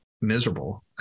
miserable